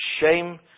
shame